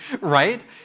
right